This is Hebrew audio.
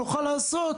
אם מתאפשר.